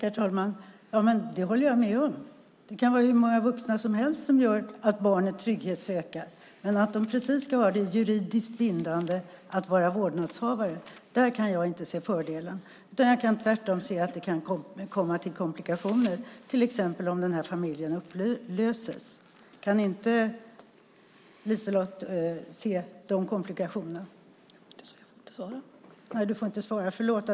Herr talman! Det håller jag med om. Det kan vara hur många vuxna som helst som gör att barnets trygghet ökar. Men att de precis ska omfattas av det juridiskt bindande att vara vårdnadshavare kan jag inte se fördelarna med. Där kan jag tvärtom se att det kan komma till komplikationer, till exempel om familjen upplöses.